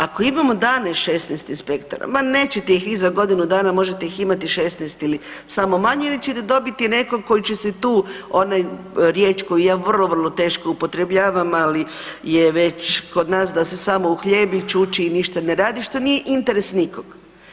Ako imamo dane 16 inspektora ma nećete ih vi za godinu dana možete ih imati 16 ili samo manje ili ćete dobiti nekog koji će se tu ona riječ koju ja vrlo, vrlo teško upotrebljavam ali je već kod nas da se samo uhljebi, čuči i ništa ne radi, što nije interes nikog.